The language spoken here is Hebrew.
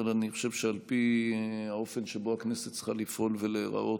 אבל אני חושב שעל פי האופן שבו הכנסת צריכה לפעול ולהיראות,